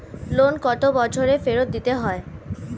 Loan কত বছরে ফেরত দিতে হয়?